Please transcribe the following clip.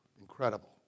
incredible